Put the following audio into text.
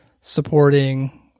supporting